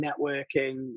networking